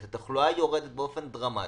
את התחלואה יורדת באופן דרמטי,